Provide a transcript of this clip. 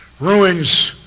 Ruins